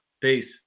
peace